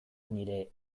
nire